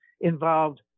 involved